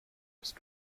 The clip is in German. bist